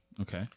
Okay